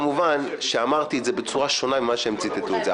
כמובן שאמרתי את זה בצורה שונה ממה שהם ציטטו את זה.